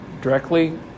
directly